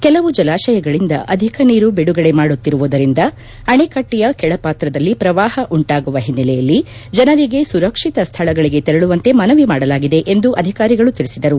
ಕೆಲವು ಜಲಾತಯಗಳಿಂದ ಅಧಿಕ ನೀರು ಬಿಡುಗಡೆ ಮಾಡುತ್ತಿರುವುದರಿಂದ ಅಣೆಕಟ್ಟೆಯ ಕೆಳ ಪಾತ್ರದಲ್ಲಿ ಪ್ರವಾಹ ಉಂಟಾಗುವ ಹಿನ್ನೆಲೆಯಲ್ಲಿ ಜನರಿಗೆ ಸುರಕ್ಷಿತ ಸ್ಥಳಗಳಿಗೆ ತೆರಳುವಂತೆ ಮನವಿ ಮಾಡಲಾಗಿದೆ ಎಂದು ಅಧಿಕಾರಿಗಳು ತಿಳಿಸಿದರು